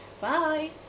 Bye